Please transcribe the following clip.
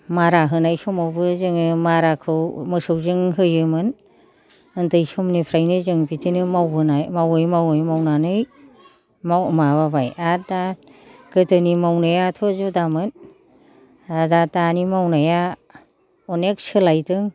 मारा होनाय समावबो जोङो माराखौ मोसौजों होयोमोन उन्दै समनिफ्रायनो जों बिदिनो मावबोनाय मावै मावै मावनानै माव माबाबाय आरो दा गोदोनि मावनायाथ' जुदामोन आरो दा दानि मावनाया अनेग सोलायदों